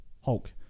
Hulk